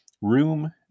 Room